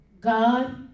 God